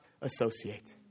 associate